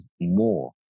more